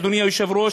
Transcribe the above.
אדוני היושב-ראש,